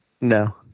No